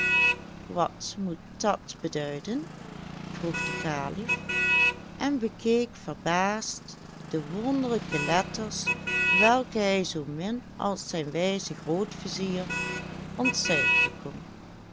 wat moet dat beduiden vroeg de kalif en bekeek verbaasd de wonderlijke letters welke hij zoo min als zijn wijze grootvizier ontcijferen kon